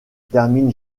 termine